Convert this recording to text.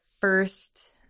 first